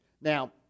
Now